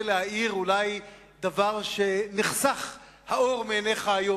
להאיר אולי דבר כשנחסך האור מעיניך היום,